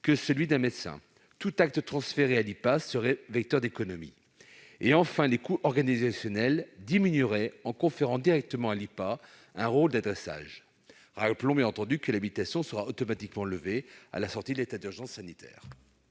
que celui d'un médecin, tout acte transféré à l'IPA serait vecteur d'économie ; enfin, les coûts organisationnels diminueraient en conférant directement à l'IPA un rôle d'adressage. L'habilitation sera automatiquement levée à la sortie de l'état d'urgence sanitaire.